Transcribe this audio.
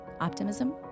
optimism